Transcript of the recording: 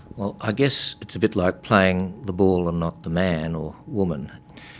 well, i guess it's a bit like playing the ball and not the man or woman.